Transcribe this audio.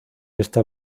esta